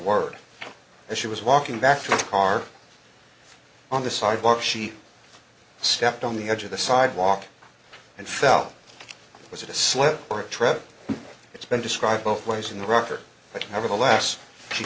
word and she was walking back to the car on the sidewalk she stepped on the edge of the sidewalk and fell was it a slip or a tread it's been described both ways in the rocker but nevertheless she